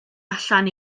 allan